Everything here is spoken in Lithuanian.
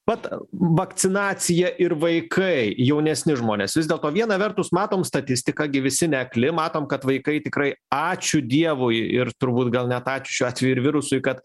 vat vakcinacija ir vaikai jaunesni žmonės vis dėlto viena vertus matom statistiką gi visi neakli matom kad vaikai tikrai ačiū dievui ir turbūt gal ne ačiū šiuo atveju ir virusui kad